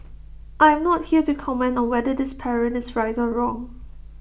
I am not here to comment on whether this parent is right or wrong